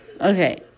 okay